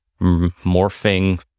morphing